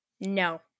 No